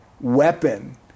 weapon